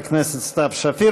לא צריכים להתחנן לכספים האלה.